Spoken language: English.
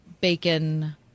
bacon